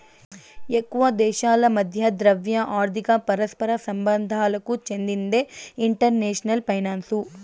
ఎక్కువ దేశాల మధ్య ద్రవ్య, ఆర్థిక పరస్పర సంబంధాలకు చెందిందే ఇంటర్నేషనల్ ఫైనాన్సు